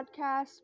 podcast